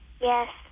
Yes